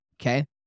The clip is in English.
Okay